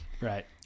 Right